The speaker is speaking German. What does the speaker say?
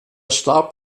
starb